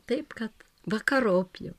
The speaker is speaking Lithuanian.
taip kad vakarop jau